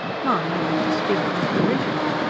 mahony eyed the speaker with derision.